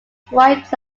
strikes